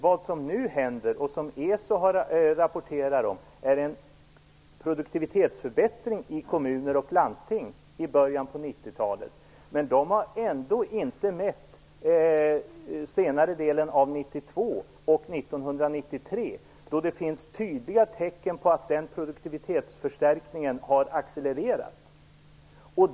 Vad som nu händer, och som ESO rapporterar om, är en produktivitetsförbättring i kommuner och landsting i början på 90-talet. Men de har ändå inte mätt senare delen av 1992 och 1993, då det finns tydliga tecken på att den produktivitetsförstärkningen har accelererat.